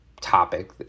topic